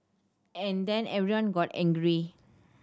and then everyone got angry